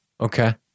Okay